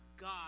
God